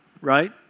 right